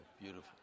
beautiful